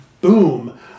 Boom